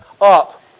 up